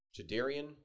Jadarian